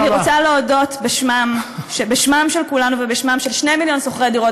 אני רוצה להודות בשם כולנו ובשמם של 2 מיליון שוכרי דירות